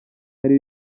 hari